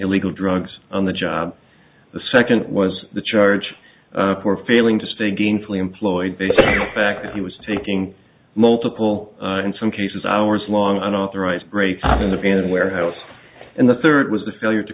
illegal drugs on the job the second was the charge for failing to stay gainfully employed based on fact that he was taking multiple in some cases hours long and authorized break in the van and warehouse and the third was a failure to